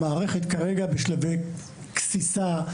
המערכת כרגע בשלבי גסיסה.